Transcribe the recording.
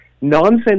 nonsense